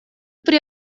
при